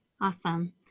Awesome